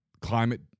climate